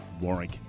Warwick